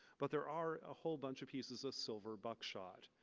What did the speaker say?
but there are a whole bunch of pieces of silver buckshot.